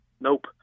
Nope